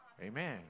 Amen